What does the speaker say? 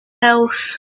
house